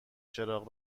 چراغ